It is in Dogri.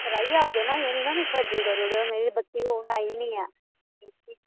फिर आई आगे नां इयां नीं ना मिगी खज्जल करी औड़ेओ मेरी बत्ती ओह् आई नीं ऐ